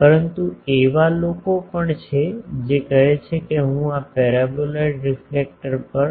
પરંતુ એવા લોકો પણ છે જે કહે છે કે હું આ પેરાબોલાઇડ રીફ્લેક્ટર પર